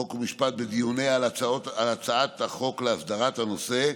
חוק ומשפט בדיוניה על הצעת החוק להסדרת הנושא.